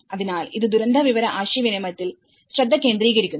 അതിനാൽ ഇത് ദുരന്ത വിവര ആശയവിനിമയത്തിൽ ശ്രദ്ധ കേന്ദ്രീകരിക്കുന്നു